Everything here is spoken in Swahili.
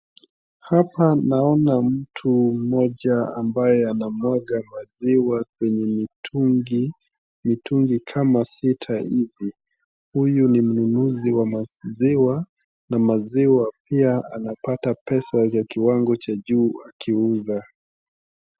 Hapa naoana mtu mmoja ambaye anamwaga maziwa kwenye mitungi, mitungi kama sita hivi. Huyu ni mnunuzi wa maziwa na maziwa pia anapata pesa ya kiwango cha juu akiuza.